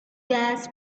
gas